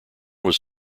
was